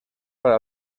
para